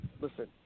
Listen